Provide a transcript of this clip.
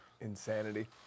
Insanity